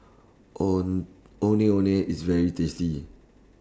own Ondeh Ondeh IS very tasty